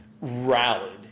rallied